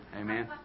Amen